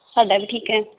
ਸਾਡਾ ਵੀ ਠੀਕ ਹੈ